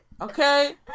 Okay